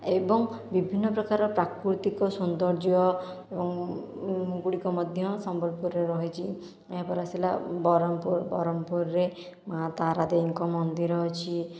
ଏବଂ ବିଭିନ୍ନ ପ୍ରକାର ପ୍ରାକୃତିକ ସୌନ୍ଦର୍ଯ୍ୟ ଏବଂ ଗୁଡ଼ିକ ମଧ୍ୟ ସମ୍ବଲପୁରରେ ରହିଛି ଏହା ପରେ ଆସିଲା ବ୍ରହ୍ମପୁର ବ୍ରହ୍ମପୁରରେ ମା ତାରା ଦେବୀଙ୍କ ମନ୍ଦିର ଅଛି